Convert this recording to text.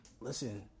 Listen